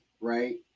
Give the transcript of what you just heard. right